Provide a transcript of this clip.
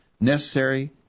necessary